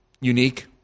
Unique